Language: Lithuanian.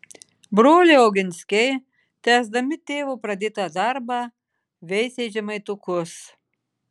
broliai oginskiai tęsdami tėvo pradėtą darbą veisė žemaitukus